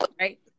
right